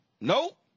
Nope